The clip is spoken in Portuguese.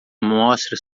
mostra